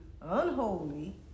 unholy